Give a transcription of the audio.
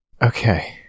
Okay